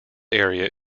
area